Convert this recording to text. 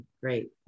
great